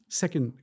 second